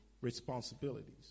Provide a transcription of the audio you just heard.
responsibilities